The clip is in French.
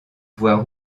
voie